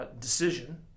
decision